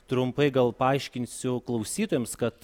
trumpai gal paaiškinsiu klausytojams kad